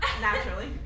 Naturally